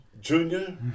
Junior